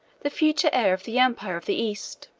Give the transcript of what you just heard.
the future heir of the empire of the east.